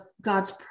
God's